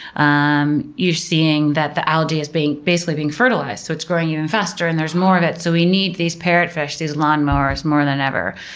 um you're seeing that the algae is basically being fertilized, so its growing even faster and there's more of it. so, we need these parrotfish, these lawnmowers, more than ever.